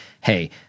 hey